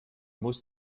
muss